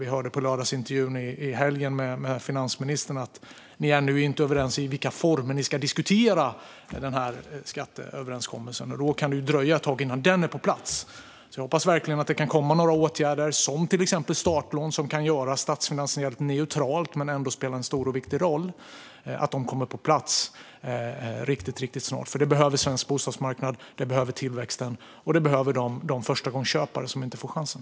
Vi hörde i lördagsintervjun med finansministern att ni ännu inte är överens om i vilka former ni ska diskutera skatteöverenskommelsen. Då kan det ju dröja ett tag innan den är på plats. Jag hoppas verkligen att åtgärder som till exempel startlån, som kan spela en statsfinansiellt neutral men ändå stor och viktig roll, kommer på plats riktigt snart. Det behöver svensk bostadsmarknad, det behöver tillväxten och det behöver de förstagångsköpare som inte får chansen.